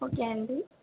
okay అండీ